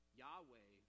yahweh